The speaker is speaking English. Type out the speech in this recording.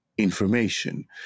information